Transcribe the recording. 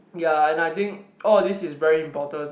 ya and I think all of this is very important